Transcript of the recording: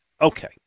Okay